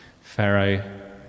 Pharaoh